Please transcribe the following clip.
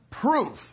proof